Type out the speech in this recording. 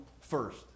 first